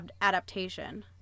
adaptation